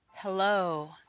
Hello